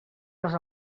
les